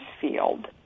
field